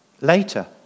Later